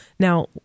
Now